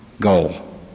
goal